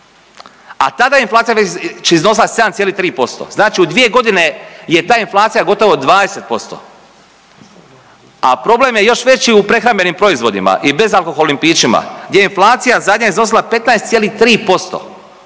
a tada je inflacija već iznosila 7,5%, znači u 2.g. je ta inflacija gotovo 20%, a problem je još veći u prehrambenim proizvodima i bezalkoholnim pićima gdje je inflacija zadnja iznosila 15,3%